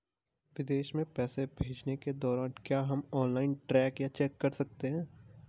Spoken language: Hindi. विदेश में पैसे भेजने के दौरान क्या हम ऑनलाइन ट्रैक या चेक कर सकते हैं?